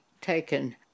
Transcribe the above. taken